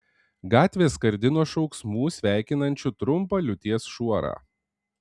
gatvė skardi nuo šauksmų sveikinančių trumpą liūties šuorą